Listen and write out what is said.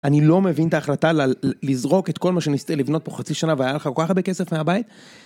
אני לא מבין את ההחלטה לזרוק את כל מה שניסית לבנות פה חצי שנה והיה לך כל כך הרבה כסף מהבית.